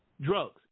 drugs